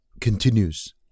continues